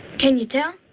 can you tell?